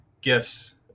gifts